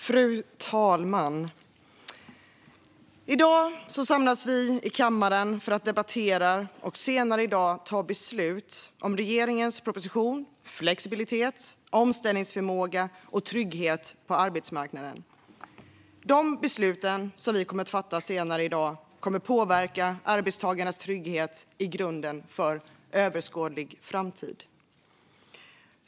Fru talman! Vi samlas i kammaren för att debattera och senare i dag ta beslut om regeringens proposition Flexibilitet, omställningsförmåga och trygghet på arbetsmarknaden . De beslut vi kommer att fatta senare i dag kommer att påverka arbetstagarnas trygghet i grunden för överskådlig framtid.